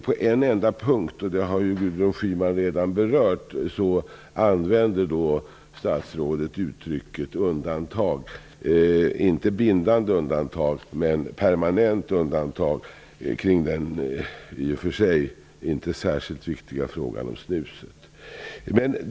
På en enda punkt, vilket Gudrun Schyman redan berört, använder statsrådet uttrycket undantag -- inte bindande undantag, men permanent undantag -- nämligen i den i och för sig inte särskilt viktiga frågan om snuset.